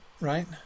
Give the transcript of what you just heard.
right